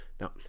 Now